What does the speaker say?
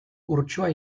urtsua